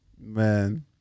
Man